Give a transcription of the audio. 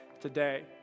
today